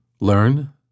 Learn